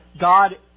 God